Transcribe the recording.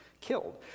killed